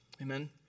Amen